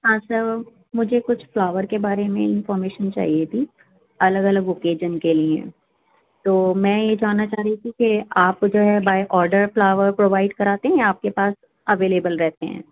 ہاں سر مجھے کچھ فلاور کے بارے میں انفارمیشن چاہیے تھی الگ الگ اوکیزن کے لئے تو میں یہ جاننا چاہ رہی تھی کہ آپ جو ہے بائی آرڈر فلاور پرووائڈ کراتے ہیں یا آپ کے پاس اویلیبل رہتے ہیں